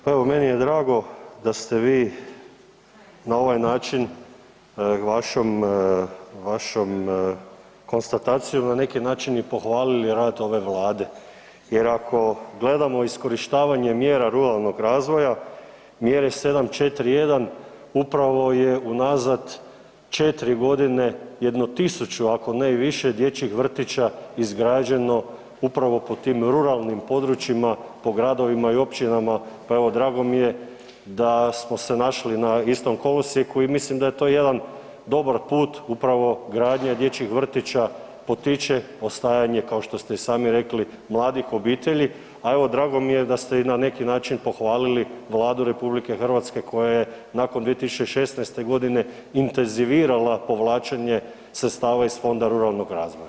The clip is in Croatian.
Pa evo meni je drago da ste vi na ovaj način vašom konstatacijom na neki način i pohvalili rad ove Vlade jer ako gledamo iskorištavanje mjera ruralnog razvoja, mjere 741 upravo je unazad 4 godine, jedno 1000, ako ne i više dječjih vrtića izgrađeno upravo po tim ruralnim područjima, po gradovima i općinama, pa evo drago mi je da smo se našli na istom kolosijeku i mislim da je to jedan dobar put upravo gradnje dječjih vrtića, potiče ostajanje, kao što ste i sami rekli, mladih obitelji, a evo, drago mi je da ste i na neki način pohvalili Vladu RH koja je nakon 2016. g. intenzivirala povlačenje sredstava iz fonda ruralnog razvoja.